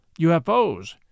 UFOs